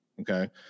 Okay